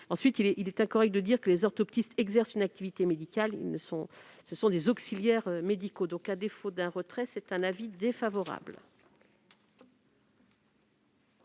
Ensuite, il est incorrect de dire que les orthoptistes exercent une activité médicale : ce sont des auxiliaires médicaux. À défaut d'un retrait, l'avis sera défavorable.